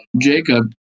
Jacob